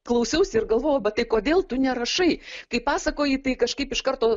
klausiausi ir galvojau bet tai kodėl tu nerašai kai pasakoji tai kažkaip iš karto